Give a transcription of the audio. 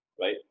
Right